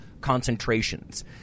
concentrations